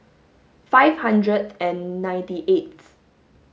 five hundred and ninety eighth